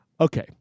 Okay